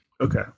Okay